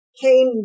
came